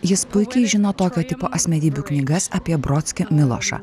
jis puikiai žino tokio tipo asmenybių knygas apie brodskio milošą